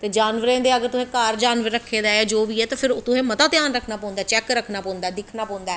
ते जानवरें दे ते अगर तुसें घर जानवर रक्खे दा ऐ ते जो बी ऐ ते फिर तुसें मता ध्यान रक्खनां पौंदा ऐ चैक्कर रक्खनां पौंदा दिक्खनां पौंदा ऐ